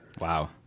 Wow